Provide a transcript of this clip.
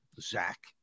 Zach